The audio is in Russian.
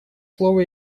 слово